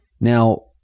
Now